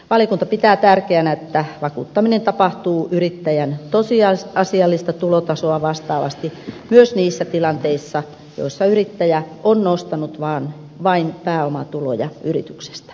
valiokunta pitää tärkeänä että vakuuttaminen tapahtuu yrittäjän tosiasiallista tulotasoa vastaavasti myös niissä tilanteissa joissa yrittäjä on nostanut vain pääomatuloja yrityksestä